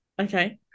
Okay